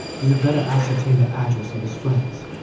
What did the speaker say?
you had better ascertain the address of his friends.